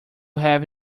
have